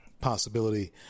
possibility